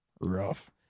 Rough